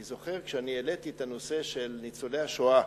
אני זוכר, כשהעליתי את הנושא של ניצולי השואה,